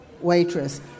waitress